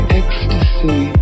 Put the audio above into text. ecstasy